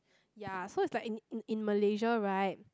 ya so is like in in in malaysia right